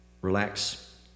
relax